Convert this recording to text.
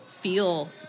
feel